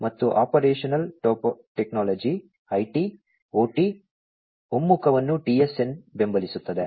ಮತ್ತು operational technology IT OT ಒಮ್ಮುಖವನ್ನು TSN ಬೆಂಬಲಿಸುತ್ತದೆ